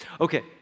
Okay